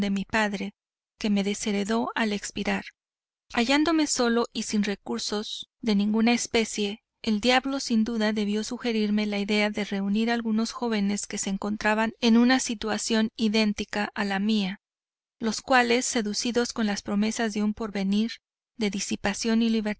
mi padre que me desheredó al expiar hallándome solo y sin recursos de ninguna especie el diablo sin duda debió sugerirme la idea de reunir algunos jóvenes que se encontraban en una situación idéntica a la mía los cuales seducidos con la promesa de un porvenir de disipación libertad